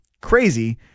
crazy